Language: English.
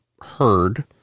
heard